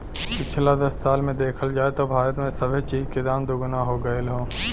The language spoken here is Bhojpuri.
पिछला दस साल मे देखल जाए त भारत मे सबे चीज के दाम दुगना हो गएल हौ